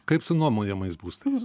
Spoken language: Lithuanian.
kaip su nuomojamais būstais